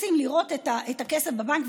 רוצים לראות את הכסף בבנק,